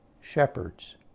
shepherds